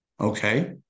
Okay